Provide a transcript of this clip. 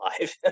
live